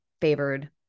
favored